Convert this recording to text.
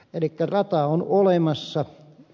rata on olemassa